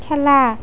খেলা